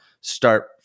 Start